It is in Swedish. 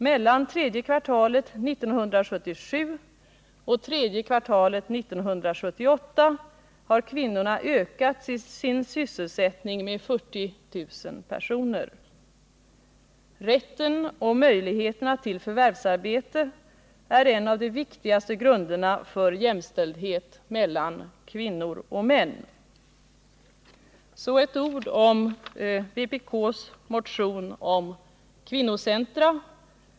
Mellan tredje kvartalet 1977 och tredje kvartalet 1978 har kvinnornas sysselsättning ökat med 40 000. Rätten och möjligheterna till förvärvsarbete är en av de viktigaste grunderna för jämställdhet mellan kvinnor och män. Så ett par ord om vpk:s motion om kvinnocentra!